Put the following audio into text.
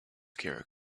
character